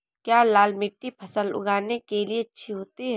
क्या लाल मिट्टी फसल उगाने के लिए अच्छी होती है?